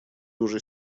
уже